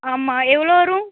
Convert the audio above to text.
ஆமாம் எவ்வளோ வரும்